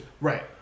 Right